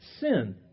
sin